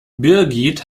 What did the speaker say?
birgit